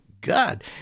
God